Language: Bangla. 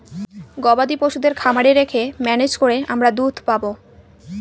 গবাদি পশুদের খামারে রেখে ম্যানেজ করে আমরা দুধ পাবো